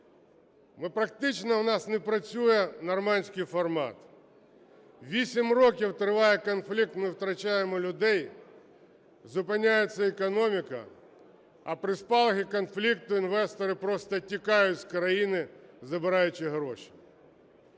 практично в нас не працює Нормандський формат, вісім років триває конфлікт, ми втрачаємо людей, зупиняється економіка, а при спалахах конфлікту інвестори просто тікають з країни, забираючи гроші.